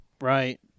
Right